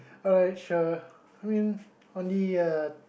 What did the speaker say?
alright sure I mean only